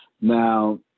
Now